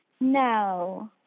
No